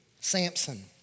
Samson